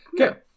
Okay